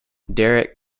derek